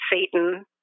Satan